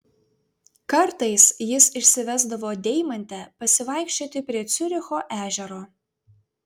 kartais jis išsivesdavo deimantę pasivaikščioti prie ciuricho ežero